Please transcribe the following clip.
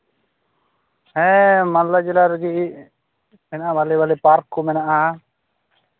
ᱦᱮᱸ ᱢᱟᱞᱫᱟ ᱡᱮᱞᱟ ᱨᱮᱜᱮ ᱢᱮᱱᱟᱜᱼᱟ ᱵᱷᱟᱹᱞᱤ ᱵᱷᱟᱹᱞᱤ ᱯᱟᱨᱠ ᱠᱚ ᱢᱮᱱᱟᱜᱼᱟ